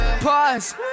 Pause